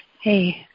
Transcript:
Hey